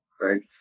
right